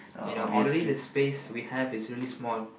you know already the space we have is really small